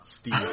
Steve